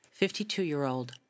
52-year-old